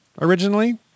originally